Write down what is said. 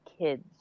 kids